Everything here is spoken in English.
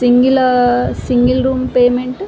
single or single room payment